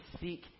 seek